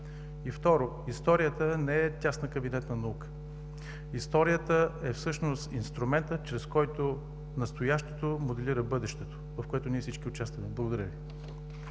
И, второ, историята не е тяснокабинетна наука. Историята е всъщност инструментът, чрез който настоящото моделира бъдещето, в което ние всички участваме. Благодаря Ви.